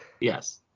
yes